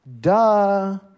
Duh